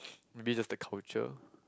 maybe that's the culture